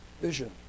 vision